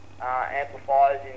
amplifiers